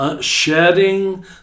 shedding